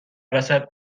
وسط